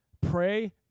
Pray